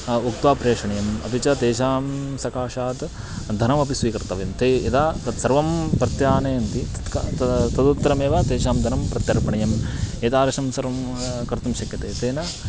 उक्त्वा प्रेषणीयम् अपि च तेषां सकाशात् धनमपि स्वीकर्तव्यं ते यदा तत्सर्वं प्रत्यानयन्ति तत्का तद् तदुत्तरमेव तेषां धनं प्रत्यर्पणीयम् एतादृशं सर्वं कर्तुं शक्यते तेन